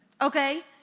Okay